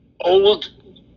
old